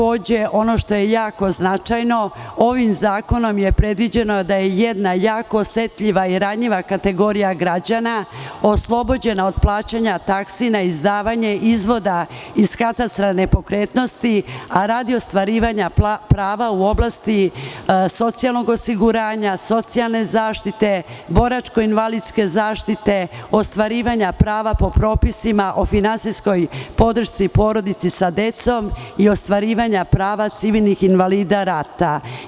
Ono što je jako značajno, ovim zakonom je predviđeno da je jedna jako osetljiva i ranjiva kategorija građana oslobođena od plaćanje taksi na izdavanje izvoda iz katastra nepokretnosti, a radi ostvarivanja prava u oblasti socijalnog osiguranja, socijalne zaštite, boračko-invalidske zaštite, ostvarivanja prava po propisima o finansijskoj podršci porodici sa decom i ostvarivanja prava civilnih invalida rata.